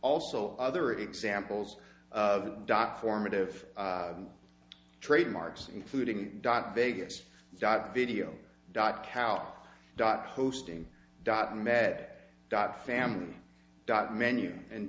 also other examples of dot formative trademarks including dot vegas dot video dot com how dot hosting dot net dot family dot menu and